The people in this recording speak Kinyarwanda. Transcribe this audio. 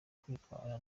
kwitwara